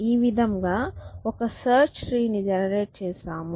ఈ విధంగా ఒక సెర్చ్ ట్రీ ని జెనెరేట్ చేస్తాము